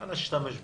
אנא תשתמש בנו.